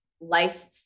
life